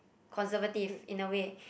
conservative in a way